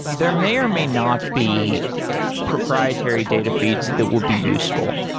there may or may not be proprietary data feeds that will be useful.